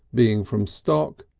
being from stock,